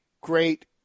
great